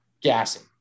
gassing